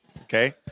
Okay